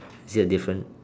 is there a difference